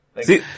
See